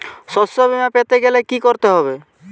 শষ্যবীমা পেতে গেলে কি করতে হবে?